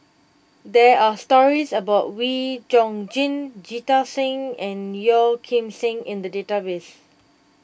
there are stories about Wee Chong Jin Jita Singh and Yeo Kim Seng in the database